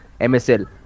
MSL